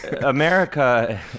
America